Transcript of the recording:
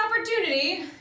opportunity